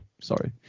sorry